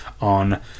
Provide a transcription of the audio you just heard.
on